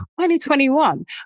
2021